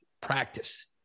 practice